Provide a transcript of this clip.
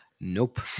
nope